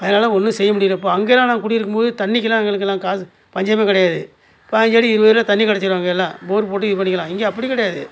அதனால் ஒன்றும் செய்ய முடியலப்பா அங்கே எல்லாம் நான் குடியிருக்கும்போது தண்ணிக்குலாம் எங்களுக்குலாம் காசு பஞ்சமே கிடையாது பயஞ்சு அடி இருபது அடியில் தண்ணி கிடச்சிடும் அங்கே எல்லாம் போர் போட்டு இது பண்ணிக்கலாம் இங்கே அப்படி கிடையாது